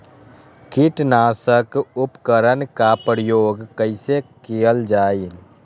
किटनाशक उपकरन का प्रयोग कइसे कियल जाल?